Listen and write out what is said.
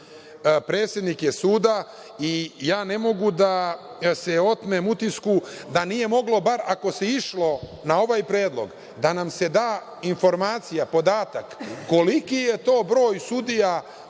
predsednike suda i ja ne mogu da se otmem utisku da nije moglo bar, ako se išlo na ovaj predlog, da nam se da informacija, podatak, koliki je to broj sudija,